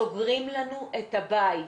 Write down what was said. סוגרים לנו את הבית'.